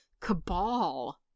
cabal